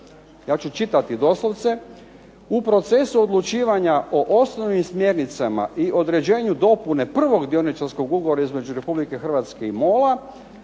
ja ću čitati doslovce: